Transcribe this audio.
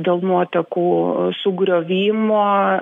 dėl nuotekų sugriovimo